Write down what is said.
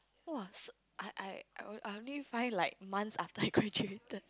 !woah! I I I I only find like months after I graduated